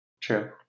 true